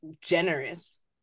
generous